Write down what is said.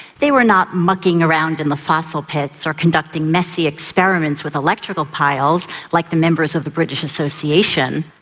they were not mucking around in the fossil pits or conducting messy experiments with electrical piles like the members of the british association.